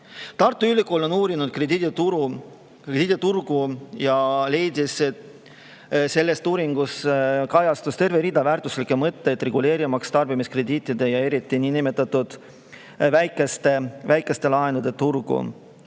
Tartu Ülikool on uurinud krediiditurgu ja selles uuringus kajastub terve rida väärtuslikke mõtteid, reguleerimaks tarbimiskrediitide ja eriti niinimetatud väikeste laenude turgu.